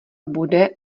bude